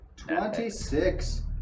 Twenty-six